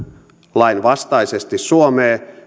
lainvastaisesti suomeen